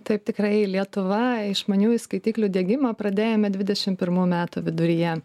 taip tikrai lietuva išmaniųjų skaitiklių diegimą pradėjome dvidešim pirmų metų viduryje